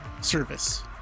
service